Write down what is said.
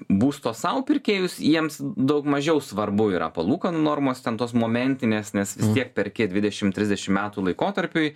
būsto sau pirkėjus jiems daug mažiau svarbu yra palūkanų normos ten tos momentinės nes tiek per dvidešim trisdešim metų laikotarpiui